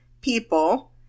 people